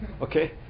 Okay